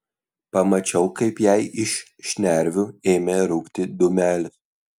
pamačiau kaip jai iš šnervių ėmė rūkti dūmelis